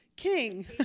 King